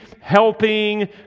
helping